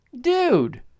dude